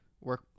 Work